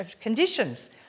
conditions